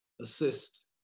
assist